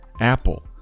Apple